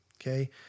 okay